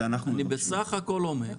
אני בסך הכול אומר,